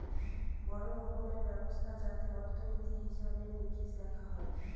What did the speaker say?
বড়ো রকমের ব্যবস্থা যাতে অর্থনীতির হিসেবে নিকেশ দেখা হয়